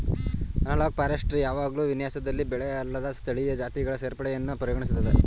analogue forestry ಯಾವಾಗ್ಲೂ ವಿನ್ಯಾಸದಲ್ಲಿ ಬೆಳೆಅಲ್ಲದ ಸ್ಥಳೀಯ ಜಾತಿಗಳ ಸೇರ್ಪಡೆಯನ್ನು ಪರಿಗಣಿಸ್ತದೆ